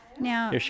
Now